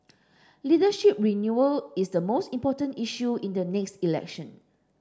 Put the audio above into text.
leadership renewal is the most important issue in the next election